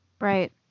Right